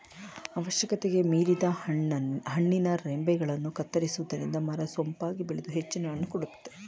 ಅವಶ್ಯಕತೆಗೆ ಮೀರಿದ ಹಣ್ಣಿನ ರಂಬೆಗಳನ್ನು ಕತ್ತರಿಸುವುದರಿಂದ ಮರ ಸೊಂಪಾಗಿ ಬೆಳೆದು ಹೆಚ್ಚಿನ ಹಣ್ಣು ಕೊಡುತ್ತದೆ